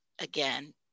again